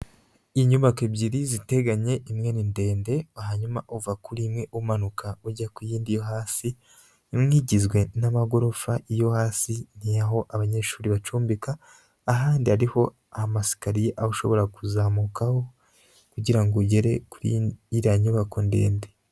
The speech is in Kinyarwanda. Inyubako ebyiri ziteganye imwe ni ndende, hanyuma uva kuri imwe umanuka ujya ku yindi yo hasi, imwe igizwe n'amagorofa iyo hasi ni iy'aho abanyeshuri bacumbika, ahandi hariho amasikariye aho ushobora kuzamukaho kugira ngo ugere kuri iriya nyubako ndende.